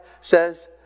says